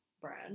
brand